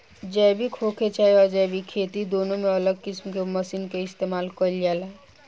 जैविक होखे चाहे अजैविक खेती दुनो में अलग किस्म के मशीन के इस्तमाल कईल जाला